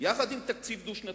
תקציב דו-שנתי,